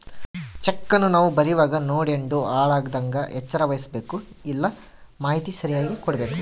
ಚೆಕ್ಕನ್ನ ನಾವು ಬರೀವಾಗ ನೋಡ್ಯಂಡು ಹಾಳಾಗದಂಗ ಎಚ್ಚರ ವಹಿಸ್ಭಕು, ಎಲ್ಲಾ ಮಾಹಿತಿ ಸರಿಯಾಗಿ ಕೊಡ್ಬಕು